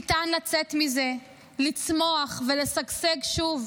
ניתן לצאת מזה, לצמוח ולשגשג שוב,